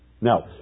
Now